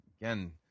Again